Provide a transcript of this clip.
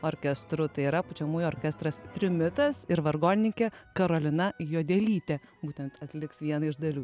orkestru tai yra pučiamųjų orkestras trimitas ir vargonininkė karolina juodelytė būtent atliks vieną iš dalių